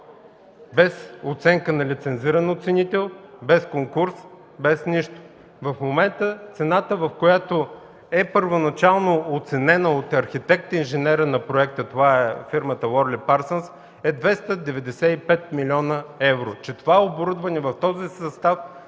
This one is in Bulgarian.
без оценка на лицензиран оценител, без конкурс, без нищо. В момента цената на проекта, която първоначално е оценена от архитект-инженера – това е фирмата „Уорли Парсънс”, е 295 млн. евро. Това оборудване в този състав